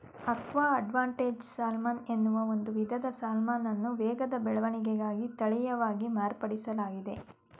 aqua advantage salmon ಎನ್ನುವ ಒಂದು ವಿಧದ ಸಾಲ್ಮನನ್ನು ವೇಗದ ಬೆಳವಣಿಗೆಗಾಗಿ ತಳೀಯವಾಗಿ ಮಾರ್ಪಡಿಸ್ಲಾಗಿದೆ